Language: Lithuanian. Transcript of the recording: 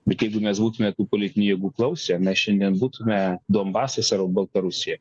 bet jeigu mes būtume tų politinių jėgų klausę mes šiandien būtume donbasas ar baltarusija